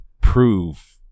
prove